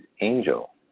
angel